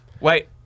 wait